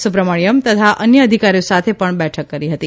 સુબ્રમાસ્થમ તથા અન્ય અધિકારીઓ સાથે પણ બેઠક કરી હતી